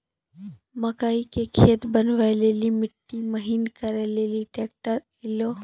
मकई के खेत बनवा ले ली मिट्टी महीन करे ले ली ट्रैक्टर ऐलो?